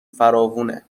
فراوونه